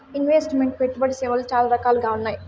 invest meant పెట్టుబడి సేవలు చాలా రకాలుగా ఉన్నాయి